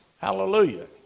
Hallelujah